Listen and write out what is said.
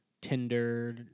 Tinder